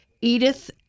Edith